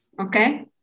okay